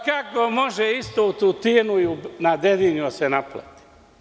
Kako može isto u Tutinu i na Dedinju da se naplati?